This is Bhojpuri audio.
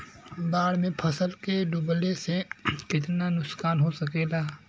बाढ़ मे फसल के डुबले से कितना नुकसान हो सकेला?